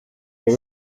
buri